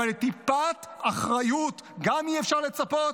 אבל לטיפת אחריות גם אי-אפשר לצפות?